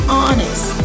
honest